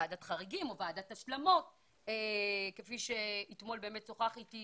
ועדת חריגים או ועדת השלמות - כפי ששוחח איתי אתמול